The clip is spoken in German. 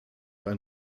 ein